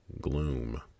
gloom